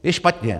Je špatně.